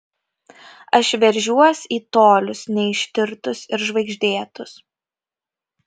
aš veržiuos į tolius neištirtus ir žvaigždėtus